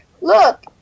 look